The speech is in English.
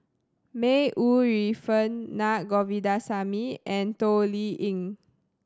May Ooi Yu Fen Naa Govindasamy and Toh Liying